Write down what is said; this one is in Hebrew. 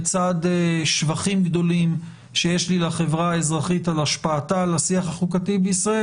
בצד השבחים שיש לי לחברה האזרחית ולהשפעתה על השיח בישראל,